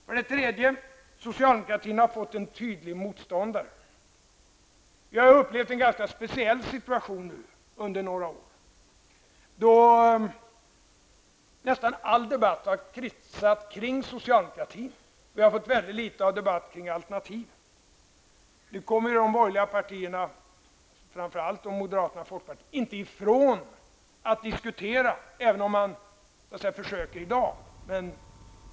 För det tredje har socialdemokratin fått en tydlig motståndare. Vi har under några år upplevt en ganska speciell situation. Nästan all debatt har kretsat kring socialdemokratin, och vi har fått mycket litet debatt om alternativen. Nu kommer de borgerliga partierna, framför allt moderaterna och folkpartiet, inte ifrån att diskutera, även om det görs ett försök i dag.